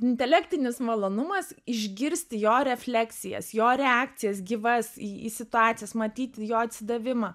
intelektinis malonumas išgirsti jo refleksijas jo reakcijas gyvas į situacijas matyti jo atsidavimą